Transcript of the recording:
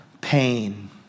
pain